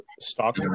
stock